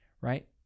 right